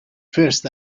first